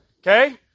Okay